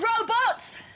Robots